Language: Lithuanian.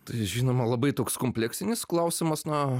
tai žinoma labai toks kompleksinis klausimas na